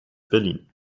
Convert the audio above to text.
berlin